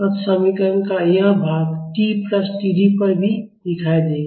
अतः समीकरण का यह भाग t प्लस T D पर भी दिखाई देगा